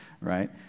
Right